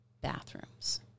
bathrooms